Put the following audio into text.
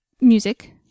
music